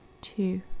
two